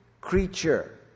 creature